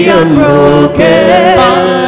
unbroken